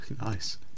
Nice